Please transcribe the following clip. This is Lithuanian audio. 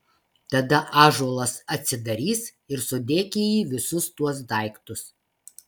tada ąžuolas atsidarys ir sudėk į jį visus tuos daiktus